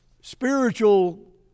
spiritual